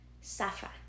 Safa